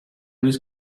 was